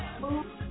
move